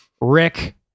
Rick